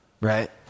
right